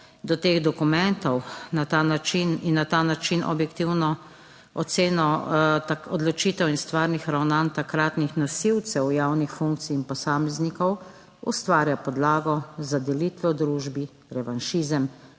do teh dokumentov na ta način in na ta način objektivno oceno, odločitev in stvarnih ravnanj takratnih nosilcev javnih funkcij in posameznikov ustvarja podlago za delitve v družbi revanšizem,